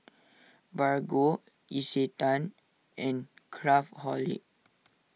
Bargo Isetan and Craftholic